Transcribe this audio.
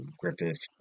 griffith